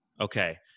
Okay